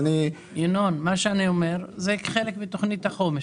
אני אומר שזה חלק מתכנית החומש.